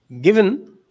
given